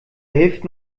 hilft